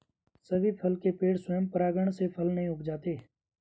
सभी फल के पेड़ स्वयं परागण से फल नहीं उपजाते